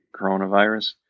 coronavirus